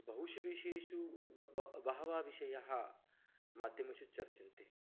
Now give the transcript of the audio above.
बहुषु विषयेषु बहवः विषयः माध्यमेषु चर्चन्ते